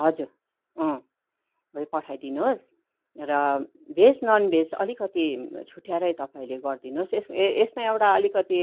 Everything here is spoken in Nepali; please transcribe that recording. हजुर अँ भोलि पठाइदिनुहोस् र भेज ननभेज अलिकति छुट्ट्याएरै तपाईँले गर्दिनुहोस् यस यसमा एउटा अलिकति